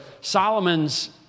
Solomon's